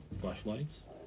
flashlights